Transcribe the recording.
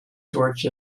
torch